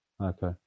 Okay